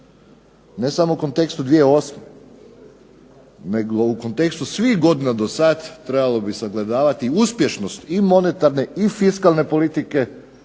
ne samo u kontekstu 2008. nego u kontekstu svih godina do sad trebalo bi sagledavati uspješnost i monetarne i fiskalne politike,